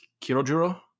Kirojuro